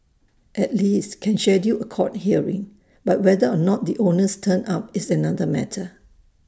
at least can schedule A court hearing but whether or not the owners turn up is another matter